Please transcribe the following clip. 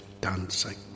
dancing